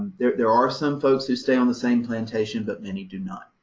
there there are some folks who stay on the same plantation, but many do not.